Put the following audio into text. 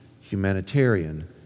humanitarian